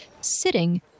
sitting